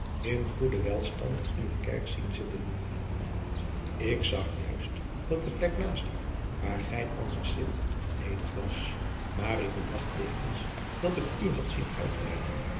in goeden welstand in de kerk zien zitten ik zag juist dat de plek naast haar waar gij anders zit ledig was maar ik bedacht tevens dat ik u had zien uitrijden